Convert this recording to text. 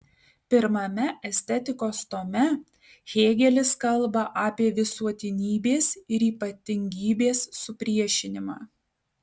pirmame estetikos tome hėgelis kalba apie visuotinybės ir ypatingybės supriešinimą